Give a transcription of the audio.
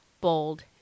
bold